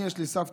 יש לי סבתא,